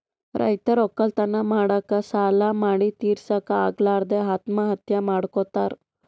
ರೈತರ್ ವಕ್ಕಲತನ್ ಮಾಡಕ್ಕ್ ಸಾಲಾ ಮಾಡಿ ತಿರಸಕ್ಕ್ ಆಗಲಾರದೆ ಆತ್ಮಹತ್ಯಾ ಮಾಡ್ಕೊತಾರ್